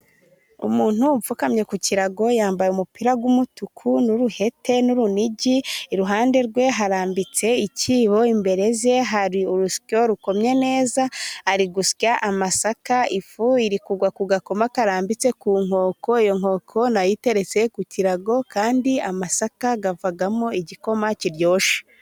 Umuntu upfukamye ku kirago yambaye umupira w'umutuku n'uruhete n'urunigi, iruhande rwe harambitse ikibo, imbere ye hari urusyo rukomye neza, ari gusya amasaka, ifu iri kugwa ku gakoma karambitse ku nkoko, iyo inkoko nayo iteretse ku kirago kandi amasaka avamo igikoma kiryoshye.